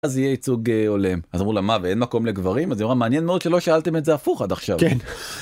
אז יהיה ייצוג הולם אז אמרו למה ואין מקום לגברים זה מעניין מאוד שלא שאלתם את זה הפוך עד עכשיו.